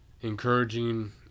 encouraging